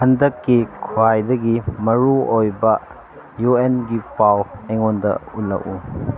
ꯍꯟꯗꯛꯀꯤ ꯈ꯭ꯋꯥꯏꯗꯒꯤ ꯃꯔꯨꯑꯣꯏꯕ ꯌꯨ ꯑꯦꯟꯒꯤ ꯄꯥꯎ ꯑꯩꯉꯣꯟꯗ ꯎꯠꯂꯛꯎ